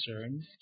concerned